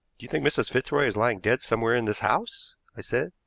you think mrs. fitzroy is lying dead somewhere in this house? i said.